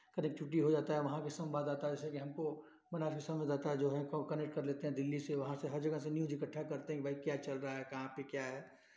connectivity हो जाता है वहाँ के सम्वाददाता जैसे कि हमको बनारस में रहता है जो हमको कनेक्ट कर देते हैं दिल्ली से तो वहाँ से हर जगह का न्यूज़ इकट्ठा करते हैं कि भाई क्या चल रहा है कहाँ पे क्या है